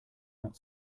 out